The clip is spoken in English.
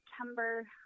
September